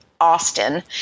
Austin